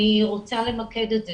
אני רוצה למקד את זה.